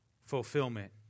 fulfillment